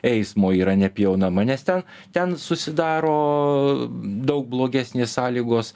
eismo yra nepjaunama nes ten ten susidaro daug blogesnės sąlygos